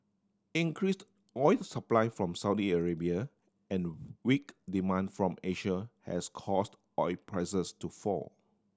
increased oil supply from Saudi Arabia and weak demand from Asia has caused oil prices to fall